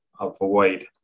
avoid